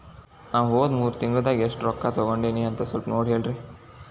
ನಾ ಹೋದ ಮೂರು ತಿಂಗಳದಾಗ ಎಷ್ಟು ರೊಕ್ಕಾ ತಕ್ಕೊಂಡೇನಿ ಅಂತ ಸಲ್ಪ ನೋಡ ಹೇಳ್ರಿ